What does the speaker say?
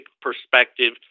perspective